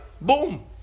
Boom